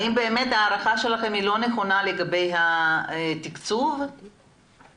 האם באמת ההערכה שלכם לגבי התקצוב לא נכונה?